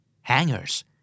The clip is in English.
Hangers